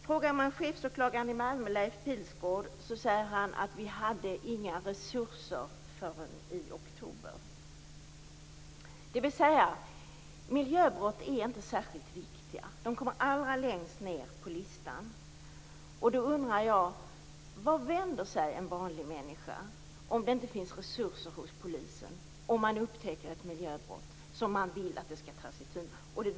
Frågar man chefsåklagaren i Malmö Leif Pihlsgård säger han att man inte hade några resurser förrän i oktober. Miljöbrott är inte särskilt viktiga. De kommer allra längst ned på listan. Jag undrar vart en vanlig människa vänder sig om det inte finns resurser hos polisen, om han eller hon upptäcker ett miljöbrott som man vill att någon skall ta itu med.